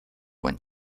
when